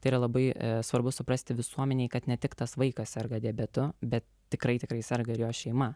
tai yra labai svarbu suprasti visuomenei kad ne tik tas vaikas serga diabetu bet tikrai tikrai serga ir jo šeima